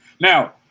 Now